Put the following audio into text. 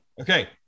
Okay